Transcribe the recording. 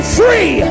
free